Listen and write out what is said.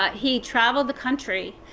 he travelled the country.